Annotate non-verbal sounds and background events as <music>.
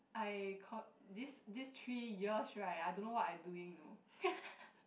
I <noise> these these three years right I don't know what I doing you know <laughs>